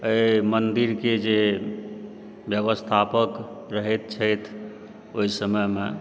एहि मन्दिरके जे व्यवस्थापक रहैत छथि ओइ समयमे